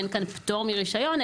אין כאן פטור מרישיון,